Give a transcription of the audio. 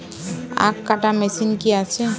আখ কাটা মেশিন কি আছে?